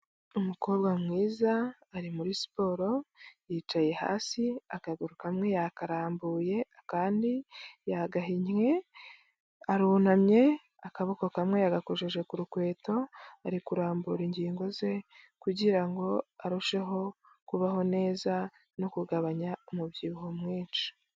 Umukobwa mwiza ari muri siporo yicaye hasi akaguru kamwe yakarambuye akandi yagahinnye, arunamye akaboko kamwe yagakojeje ku rukweto, ari kurambura ingingo ze kugira ngo arusheho kubaho neza no kugabanya umubyibuho mwinshi.